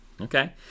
okay